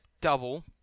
double